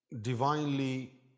divinely